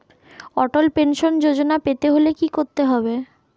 অটল pension Yojana পেতে হলে কি করতে হবে?